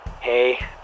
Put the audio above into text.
Hey